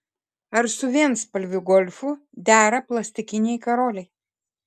ar su vienspalviu golfu dera plastikiniai karoliai